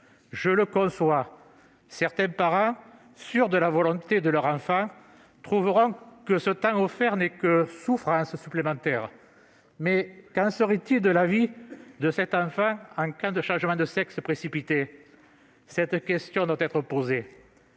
Je le conçois, certains parents, sûrs de la volonté de leur enfant, trouveront que ce temps offert n'est que souffrance supplémentaire. Mais qu'en serait-il du reste de la vie de cet enfant en cas de changement de sexe précipité ? Cette question doit être posée.